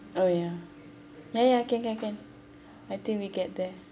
oh ya ya ya can can can I think we get there